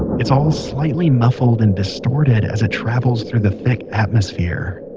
it's all slightly muffled and distorted as it travels through the thick atmosphere